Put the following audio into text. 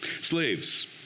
Slaves